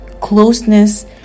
closeness